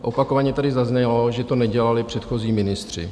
Opakovaně tady zaznělo, že to nedělali předchozí ministři.